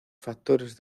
factores